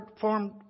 formed